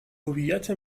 هویت